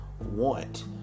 want